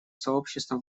сообщества